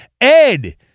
Ed